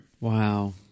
Wow